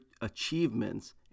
achievements